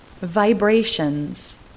vibrations